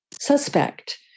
suspect